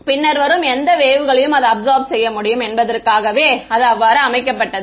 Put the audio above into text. பின்னர் வரும் எந்த வேவ்களையும் அது அப்சார்ப் செய்ய முடியும் என்பதற்காகவே அது அவ்வாறு அமைக்கப்பட்டது